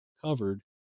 covered